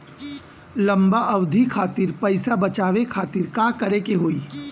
लंबा अवधि खातिर पैसा बचावे खातिर का करे के होयी?